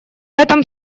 этом